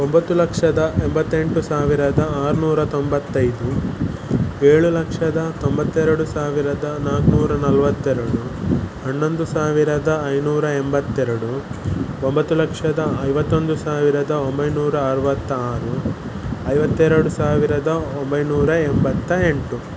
ಒಂಬತ್ತು ಲಕ್ಷದ ಎಂಬತ್ತೆಂಟು ಸಾವಿರದ ಆರುನೂರ ತೊಂಬತ್ತೈದು ಏಳು ಲಕ್ಷದ ತೊಂಬತ್ತೆರಡು ಸಾವಿರದ ನಾಲ್ನೂರ ನಲ್ವತ್ತೆರಡು ಹನ್ನೊಂದು ಸಾವಿರದ ಐನೂರ ಎಂಬತ್ತೆರಡು ಒಂಬತ್ತು ಲಕ್ಷದ ಐವತ್ತೊಂದು ಸಾವಿರದ ಒಂಬೈನೂರ ಅರುವತ್ತ ಆರು ಐವತ್ತೆರಡು ಸಾವಿರದ ಒಂಬೈನೂರ ಎಂಬತ್ತ ಎಂಟು